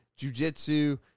jujitsu